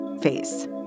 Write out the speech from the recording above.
face